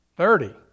Thirty